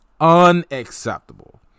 unacceptable